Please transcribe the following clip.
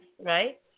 Right